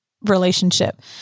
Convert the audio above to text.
relationship